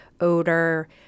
odor